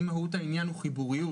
אם מהות העניין הוא חיבוריות,